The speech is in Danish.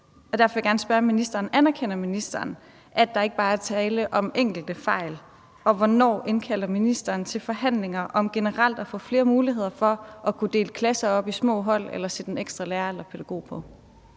Og derfor vil jeg gerne spørge ministeren: Anerkender ministeren, at der ikke bare er tale om enkelte fejl? Og hvornår indkalder ministeren til forhandlinger om generelt at få flere muligheder for at kunne dele klasser op i små hold eller sætte en ekstra lærer eller pædagog på?